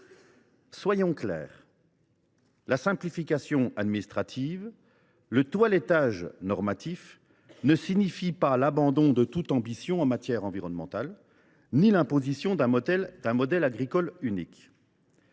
Soyons clairs : la simplification administrative et le toilettage normatif ne signifient pas l’abandon de toute ambition en matière environnementale ni l’imposition d’un modèle agricole unique